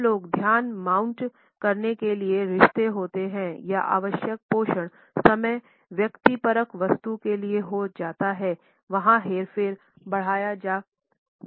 जब लोग ध्यान माउंट करने के लिए रिश्ते होते हैं या आवश्यक पोषण समय व्यक्तिपरक वस्तु के लिए हो जाता है वहाँ हेरफेर बढ़ाया जा सकता है